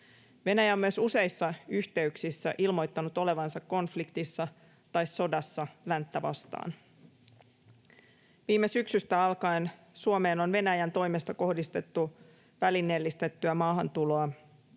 Venäjä on myös useissa yhteyksissä ilmoittanut olevansa konfliktissa tai sodassa länttä vastaan. Viime syksystä alkaen Suomeen on Venäjän toimesta kohdistettu välineellistettyä maahantuloa,